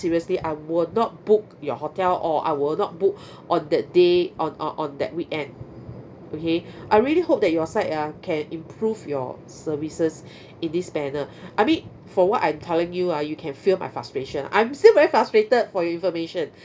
seriously I will not book your hotel or I will not book on that day on on on that weekend okay I really hope that your side ah can improve your services in this manner I mean for what I'm telling you ah you can feel my frustration I'm still very frustrated for your information